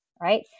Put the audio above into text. right